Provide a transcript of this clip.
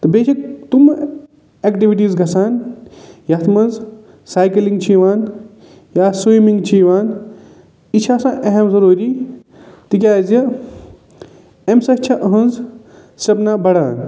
تہٕ بیٚیہِ چھِ تٔمہٕ اٮ۪کٹوٹیٖز گژھان یَتھ منٛز سایکِلِنٛگ چھِ یِوان یا سُومِنٛگ چھِ یِوان یہِ چھِ آسان اہم ضوروٗی تِکیٛازِ أمۍ سۭتۍ چھِ أہٕنٛز سِپنا بران